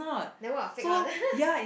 then what fake one